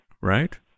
Right